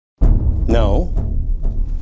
No